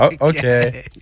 Okay